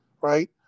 right